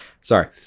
Sorry